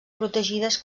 protegides